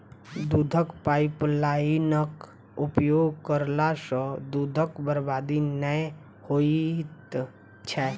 दूधक पाइपलाइनक उपयोग करला सॅ दूधक बर्बादी नै होइत छै